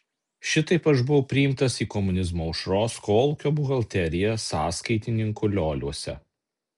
šitaip aš buvau priimtas į komunizmo aušros kolūkio buhalteriją sąskaitininku lioliuose